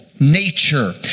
Nature